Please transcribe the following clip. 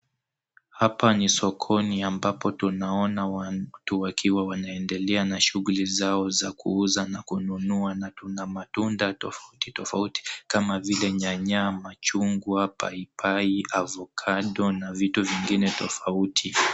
Hapa ni sokoni ambapo tunaona watu wakiwa wameendelea na shughuli zao za kuuza na kununua na tuna matunda tofauti tofauti kama vile nyanya, machungwa, paipai, avokado na vitu vingine tofauti.